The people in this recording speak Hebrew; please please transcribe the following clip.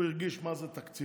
הוא הרגיש מה זה תקציבים,